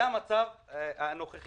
זה המצב הנוכחי.